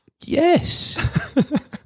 Yes